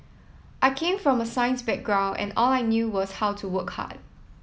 I came from a science background and all I knew was how to work hard